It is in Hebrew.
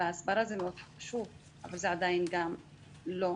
הסברה זה חשוב מאוד, אבל זה עדיין לא מספיק.